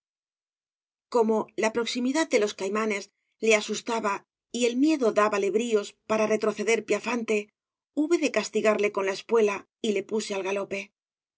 como la proximidad sfff obras de valle inclan de los caimanes le asustaba y el miedo dábale bríos para retroceder piafante hube de castigarle con la espuela y le puse al galope